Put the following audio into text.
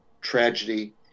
tragedy